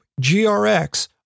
GRX